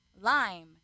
Lime